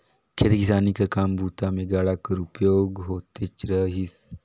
खेती किसानी कर काम बूता मे गाड़ा कर उपयोग होतेच रहिस